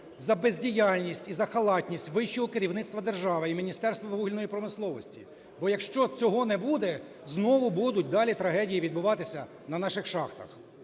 за бездіяльність і за халатність вищого керівництва держави і Міністерства вугільної промисловості. Бо якщо цього не буде, знову будуть далі трагедії відбуватися на наших шахтах.